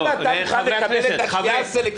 חברי הכנסת --- למה אתה מוכן לקבל את השמיעה הסלקטיבית הזו?